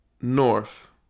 North